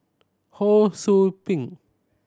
Ho Sou Ping